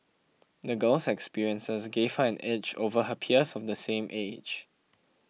the girl's experiences gave her an edge over her peers of the same age